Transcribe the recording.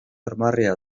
armarria